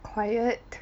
quiet